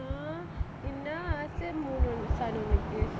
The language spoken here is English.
!huh! என்ன ஆச்சு:enna aachu moon sun ஒனக்கு:onakku